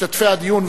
משתתפי הדיון,